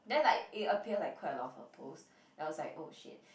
then like it appear like quite a lot of her post then I was like oh shit